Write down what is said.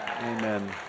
Amen